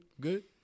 good